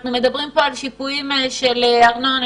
אנחנו מדברים פה על שיפויים של ארנונה,